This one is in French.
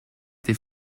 été